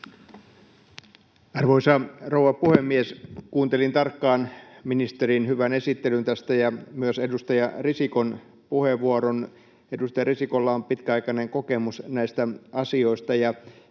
Arvoisa rouva puhemies! Kuuntelin tarkkaan ministerin hyvän esittelyn tästä ja myös edustaja Risikon puheenvuoron. Edustaja Risikolla on pitkäaikainen kokemus näistä asioista,